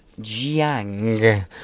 Jiang